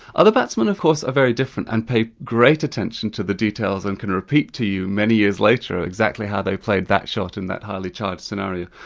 other batsmen of course are very different, and pay great attention to the details and can repeat to you many years later exactly how they played that shot in that highly charged scenario.